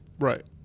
Right